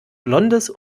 blondes